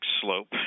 slope